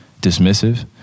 dismissive